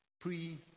pre